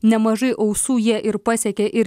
nemažai ausų jie ir pasiekė ir